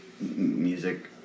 music